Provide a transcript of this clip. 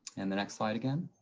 and the next slide, again.